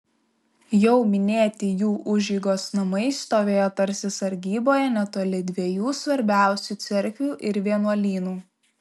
jau minėti jų užeigos namai stovėjo tarsi sargyboje netoli dviejų svarbiausių cerkvių ir vienuolynų